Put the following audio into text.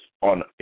on